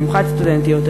במיוחד סטודנטיות,